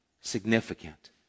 significant